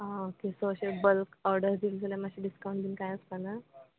आं okay so अशें bulk order दिल्ले जाल्यार मातशें डिस्कावंट बीन कांय आसपा ना